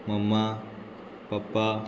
मम्मा papa